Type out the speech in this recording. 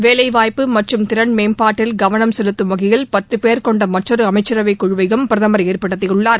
வேலைவாய்ப்பு மற்றும் திறன் மேம்பாட்டில் கவனம் செலுத்தும் வகையில் பத்து பேர் கொண்ட மற்றொரு அமைச்சரவை குழுவையும் பிரதம் ஏற்படுத்தியுள்ளார்